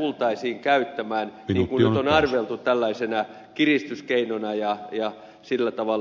tultaisiin käyttämään niin kuin nyt on arveltu tällaisena kiristyskeinona ja sillä tavalla turvallisuutta uhkaavana tekijänä